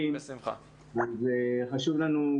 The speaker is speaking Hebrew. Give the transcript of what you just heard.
שלחתי לך אתמול S.M.S. אבל אני מבינה שאת עסוקה,